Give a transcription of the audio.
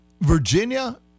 Virginia